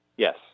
Yes